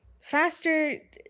faster